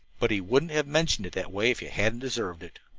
but he wouldn't have mentioned it that way if you hadn't deserved it.